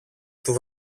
του